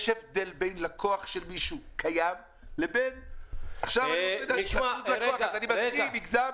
יש הבדל בין לקוח קיים לבין עכשיו אני רוצה לצוד לקוח --- פינדרוס,